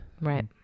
right